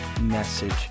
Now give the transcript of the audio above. message